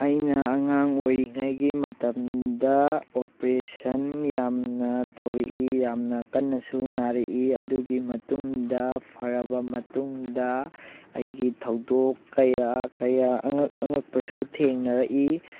ꯑꯩꯅ ꯑꯉꯥꯡ ꯑꯣꯏꯔꯤꯉꯩꯒꯤ ꯃꯇꯝꯗ ꯑꯣꯄ꯭ꯔꯦꯁꯟ ꯌꯥꯝꯅ ꯇꯧꯔꯛꯏ ꯌꯥꯝꯅ ꯀꯟꯅꯁꯨ ꯅꯥꯔꯛꯏ ꯑꯗꯨꯒꯤ ꯃꯇꯨꯡꯗ ꯐꯔꯕ ꯃꯇꯨꯡꯗ ꯑꯩꯒꯤ ꯊꯧꯗꯣꯛ ꯀꯌꯥ ꯀꯌꯥ ꯑꯉꯛ ꯑꯉꯛꯄꯁꯨ ꯊꯦꯡꯅꯔꯛꯏ